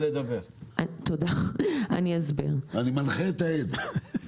אני מנחה את העד.